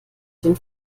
den